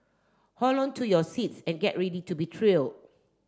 hold on to your seats and get ready to be thrilled